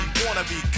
wannabe